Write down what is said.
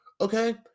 okay